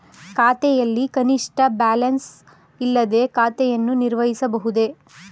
ಖಾತೆಯಲ್ಲಿ ಕನಿಷ್ಠ ಬ್ಯಾಲೆನ್ಸ್ ಇಲ್ಲದೆ ಖಾತೆಯನ್ನು ನಿರ್ವಹಿಸಬಹುದೇ?